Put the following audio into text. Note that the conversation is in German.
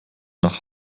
nach